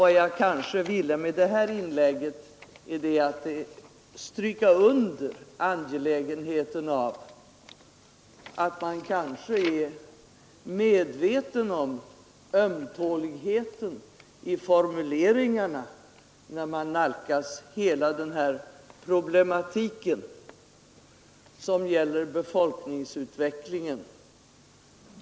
—— Vad jag ville med detta inlägg var att stryka under angelägenheten av Återbetalning av att man är medveten om känsligheten i formuleringarna, när man nalkas studiemedel m.m. hela den problematik som gäller befolkningsutvecklingen.